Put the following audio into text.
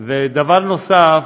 דבר נוסף,